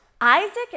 Isaac